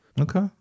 Okay